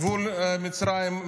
גבול מצרים,